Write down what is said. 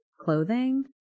clothing